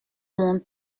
mon